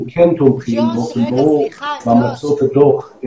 אנחנו כן תומכים באופן ברור בהמלצות הדוח,